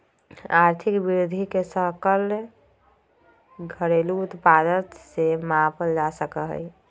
आर्थिक वृद्धि के सकल घरेलू उत्पाद से मापल जा सका हई